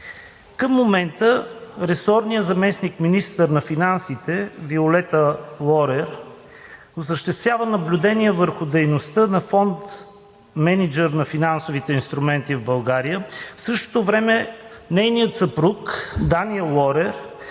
Към момента ресорният заместник-министър на финансите Виолета Лорер осъществява наблюдение върху дейността на Фонд мениджър на финансови инструменти в България. В същото време нейният съпруг Даниел Лорер